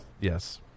Yes